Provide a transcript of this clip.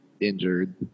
injured